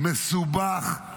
מסובך,